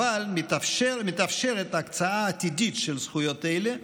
אבל מתאפשרת הקצאה עתידית של זכויות אלה,